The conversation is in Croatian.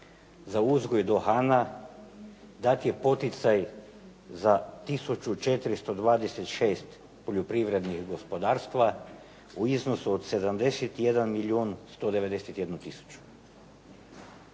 za uzgoj duhana dat je poticaj za 1426 poljoprivrednih gospodarstva u iznosu od 71 milijun 191 tisuću.